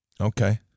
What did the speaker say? Okay